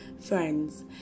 friends